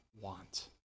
want